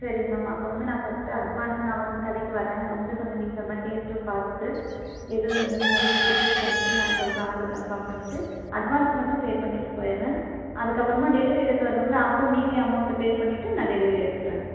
சரிங்க மேம் அப்போ வந்து நான் ஃபஸ்ட்டு அட்வான்ஸ் நான் வந்து கடைக்கு வரேன் வந்து கொஞ்சம் நீங்கள் சொன்ன மாதிரி டேஸ்ட்டும் பார்த்துட்டு எது வேணும்னு முடிவு டிசைட் பண்ணிவிட்டு நான் சொல்கிறேன் ஆட்ரு கன்ஃபார்ம் பண்ணிவிட்டு அட்வான்ஸ் மட்டும் பேப்பண்ணிவிட்டு போய்டுறேன் அதுக்கப்புறமா டெலிவரி எடுக்க வருவோம்ல அப்போ மீதி அமௌண்ட் பேப்பண்ணிவிட்டு நான் டெலிவரி எடுத்துக்கிறேன்